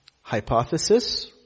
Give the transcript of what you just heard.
hypothesis